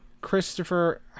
Christopher